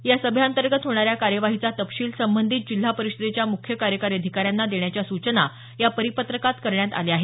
या सभेअंतर्गत होणाऱ्या कार्यवाहीचा तपशील संबंधित जिल्हा परिषदेच्या मुख्य कार्यकारी अधिकाऱ्यांना देण्याच्या सूचना या परिपत्रकात करण्यात आल्या आहेत